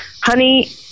Honey